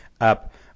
up